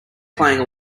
playing